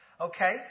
Okay